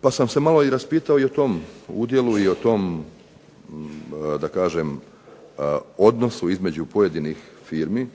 pa sam se malo raspitao i o tom udjelu i odnosu između pojedinih firmi.